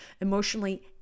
emotionally